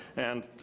and,